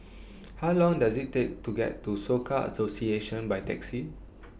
How Long Does IT Take to get to Soka Association By Taxi